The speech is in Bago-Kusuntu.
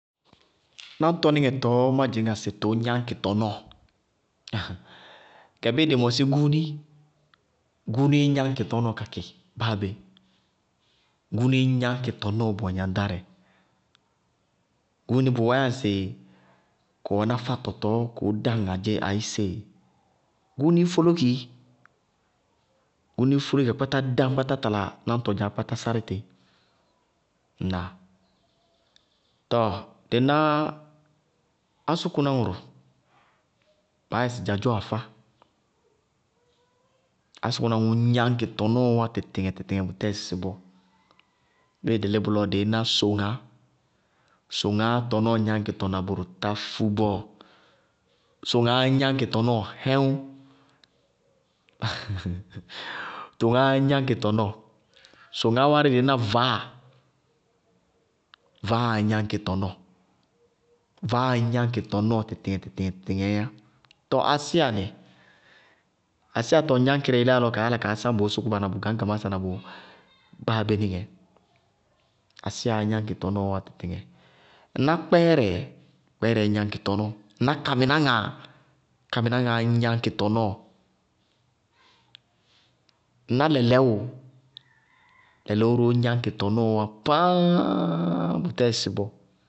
Náñtɔníŋɛ tɔɔ má dzɩñŋá sɩ tʋʋ gnáñkɩ tɔnɔɔ, haʋŋ gɛ bíɩ dɩ mɔsí gúúni, gúúnii gnáñkɩ tɔnɔɔ kakɩ báa bé, gúúnii gnáñkɩ tɔnɔɔ bʋwɛ gnaŋɖárɛ. Gúúni bʋwɛɛyá ŋsɩ kʋ wɛná fátɔ tɔɔ kʋʋ dáŋ ayé sée. Gúúnii, gúúnii fólóki, gúúnii fólóki ka kpátá dáñ ka tala náñtɔ dzaá ka kpátá sárí tɩ. Ŋʋnáá? Tɔɔ dɩ ná ásʋkʋná ŋʋrʋ baá yáɩ sɩ dzadzɔɔ afá ásʋkʋná ŋʋʋ gnáñkɩ tɔnɔɔɔ wá tɩtɩŋɛ-tɩtɩŋɛ bʋtɛɛ sɩsɩ bɔɔ. Bíɩ dɩ lí bʋlɔ dɩí ná soŋaá, soŋaá tɔnɔɔ gnáñkɩtɔ na bʋrʋ tá fú bɔɔ, soŋaá gnáñkɩ tɔnɔɔ hɛwʋŋŋŋ! soŋaá gnáñkɩ tɔnɔɔ, soŋaá wárí dɩí ná vaáa, vaáa gnáñkɩ tɔnɔɔ, vaáa gnáñkɩ tɔnɔɔ tɩtɩŋɛ-tɩtɩŋɛ tɩtɩŋɛ yá. Tɔɔ asíya nɩ? Asíya tɔŋgnáñkɩrɛ yeléyá lɔ kaá yála kaá sáŋ bʋʋ sʋkʋba na bʋ gañgamásɛ na bʋ báa bé níŋɛɛ. asíyaá gnáñkɩ tɔnɔɔ wá tɩɩtɩŋɛ. Ŋná kpɛɛrɛɛ? Kpɛɛrɛɛ gnáñkɩ tɔnɔɔ ŋná kamɩnáŋáa? Kamɩnáŋáa gnáñkɩ tɔnɔɔ. Ŋná lɛlɛwʋʋ? Lɛlɛwʋ róó gnáñkɩ tɔnɔɔ wá pááá, bʋtɛɛ sɩsɩ bɔɔ.